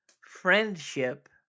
friendship